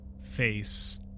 face